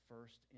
first